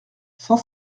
cent